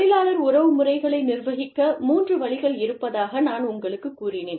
தொழிலாளர் உறவுமுறைகளை நிர்வகிக்க மூன்று வழிகள் இருப்பதாக நான்உங்களுக்குக்கூறினேன்